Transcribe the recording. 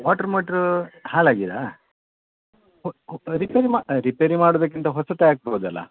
water ಮೋಟ್ರೂ ಹಾಳಾಗಿದ್ಯಾ ರಿಪೇರಿ ಮಾಡಿ ರಿಪೇರಿ ಮಾಡೋದಕ್ಕಿಂತ ಹೊಸತೇ ಹಾಕ್ಬೋದಲ್ವ